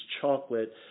Chocolate